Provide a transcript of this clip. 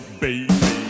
baby